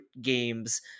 games